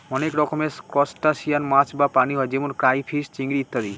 অনেক রকমের ত্রুসটাসিয়ান মাছ বা প্রাণী হয় যেমন ক্রাইফিষ, চিংড়ি ইত্যাদি